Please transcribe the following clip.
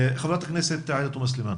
חברת הכנסת עאידה תומא סלימאן.